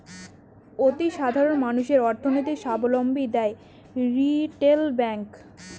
অতি সাধারণ মানুষদের অর্থনৈতিক সাবলম্বী দেয় রিটেল ব্যাঙ্ক